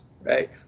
right